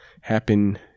happen